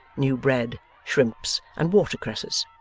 new bread, shrimps, and watercresses.